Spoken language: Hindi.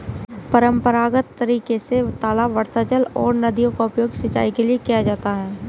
परम्परागत तरीके से तालाब, वर्षाजल और नदियों का उपयोग सिंचाई के लिए किया जाता है